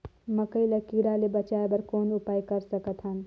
मकई ल कीड़ा ले बचाय बर कौन उपाय कर सकत हन?